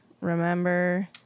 remember